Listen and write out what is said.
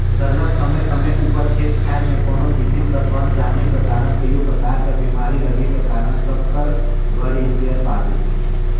सरलग समे समे उपर खेत खाएर में कोनो किसिम कर बन जामे कर कारन कइयो परकार कर बेमारी लगे कर कारन सब कर घरे इस्पेयर पाबे